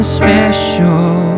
special